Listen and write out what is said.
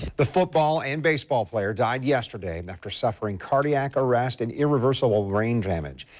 the football and baseball player died yesterday and after suffering cardiac arrest and irreversible brain damage.